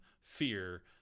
fear